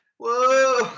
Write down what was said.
Whoa